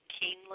keenly